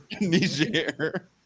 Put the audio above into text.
Niger